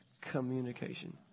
communication